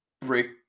break